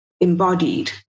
embodied